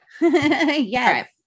Yes